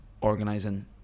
organizing